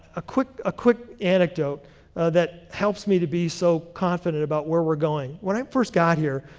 ah quick ah quick anecdote that helps me to be so confident about where we're going. when i first got here,